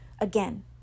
again